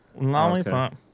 Lollipop